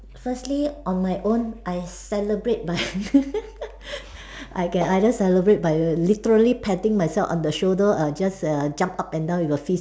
firstly on my own I celebrate by I can either celebrate by literally patting myself on the shoulder or just err jump up and down with a fist